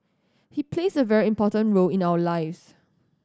he plays a very important role in our lives